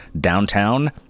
downtown